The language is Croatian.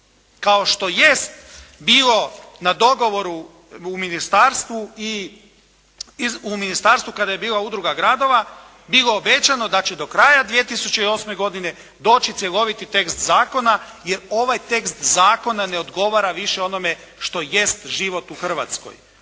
kao što jest bilo na dogovoru u ministarstvu kada je bila Udruga gradova bilo obećano da će do kraja 2008. godine doći cjeloviti tekst zakona jer ovaj tekst zakona ne odgovara više onome što jest život u Hrvatskoj.